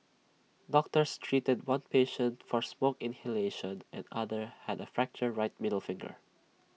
doctors treated one patient for smoke inhalation and another had A fractured right middle finger